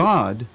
God